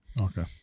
Okay